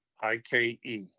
I-K-E